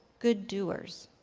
good doers?